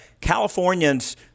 Californians